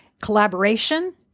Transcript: Collaboration